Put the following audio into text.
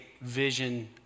vision